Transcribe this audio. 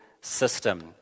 system